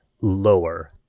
lower